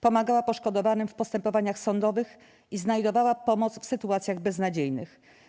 Pomagała poszkodowanym w postępowaniach sądowych i znajdowała pomoc w sytuacjach beznadziejnych.